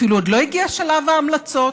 אפילו לא הגיע שלב ההמלצות,